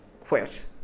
quit